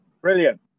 Brilliant